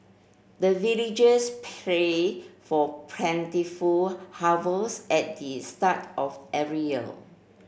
the villagers pray for plentiful harvest at the start of every year